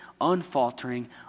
unfaltering